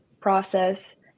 process